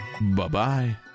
Bye-bye